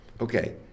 okay